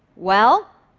well,